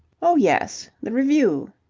oh yes, the revue!